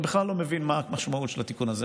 הוא בכלל לא מבין מה המשמעות של התיקון הזה,